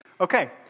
Okay